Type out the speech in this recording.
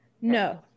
No